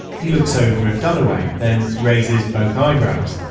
he looks over at dunaway, then raises both eyebrows.